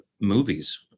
movies